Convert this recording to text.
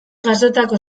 jasotako